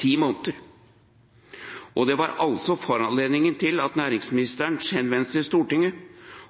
ti måneder! Og det var foranledningen til næringsministerens henvendelse til stortinget